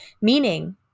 Meaning